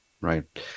right